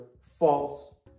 false